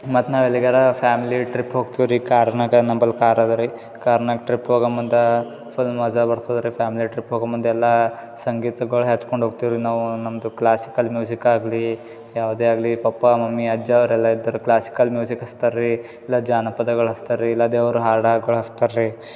ಮತ್ತು ನಾವು ಎಲ್ಲಿಗಾರಾ ಫ್ಯಾಮಿಲಿ ಟ್ರಿಪ್ ಹೋಗ್ತೀವಿ ರೀ ಕಾರ್ನಾಗ ನಂಬಲ್ಲ ಕಾರ್ ಅದಾ ರೀ ಕಾರ್ನಾಗ್ ಟ್ರಿಪ್ ಹೋಗೊ ಮುಂದಾ ಫುಲ್ ಮಜಾ ಬರ್ತಾದ ರೀ ಫ್ಯಾಮಿಲಿ ಟ್ರಿಪ್ ಹೋಗೋ ಮುಂದೆಲ್ಲ ಸಂಗೀತಗಳು ಹಚ್ಕೊಂಡು ಹೋಗ್ತೀವಿ ರೀ ನಾವು ನಮ್ಮದು ಕ್ಲಾಸಿಕಲ್ ಮ್ಯೂಸಿಕ್ ಆಗಲಿ ಯಾವುದೇ ಆಗಲಿ ಪಪ್ಪ ಮಮ್ಮಿ ಅಜ್ಜ ಅವರೆಲ್ಲ ಇದ್ದರೆ ಕ್ಲಾಸಿಕಲ್ ಮ್ಯೂಸಿಕ್ ಹಚ್ತಾರೆ ರೀ ಇಲ್ಲ ಜಾನಪದಗಳು ಹಚ್ತಾರೆ ರೀ ಇಲ್ಲ ದೇವ್ರ ಹಾಡಗಳು ಹಚ್ತಾರೆ ರೀ